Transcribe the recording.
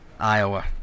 Iowa